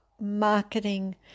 marketing